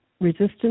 Resistance